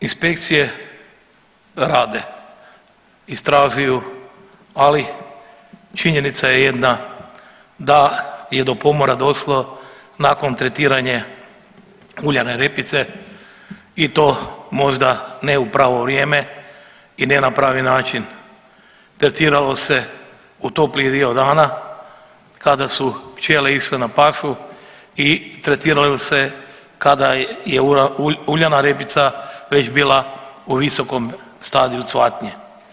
Inspekcije rade, istražuju, ali činjenica je jedna da je do pomora došlo nakon tretiranja uljane repice i to možda ne u pravo vrijeme i ne na pravi način, tretiralo se u topliji dio dana kada su pčele išle na pašu i tretiralo se kada je uljana repica već bila u visokom stadiju cvatnje.